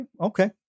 Okay